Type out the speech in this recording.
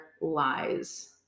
lies